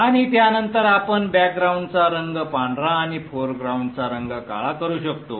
आणि त्यानंतर आपण बॅकग्राउंडचा रंग पांढरा आणि फोरग्राऊंडाचा रंग काळा करू शकतो